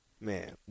Man